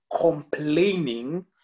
complaining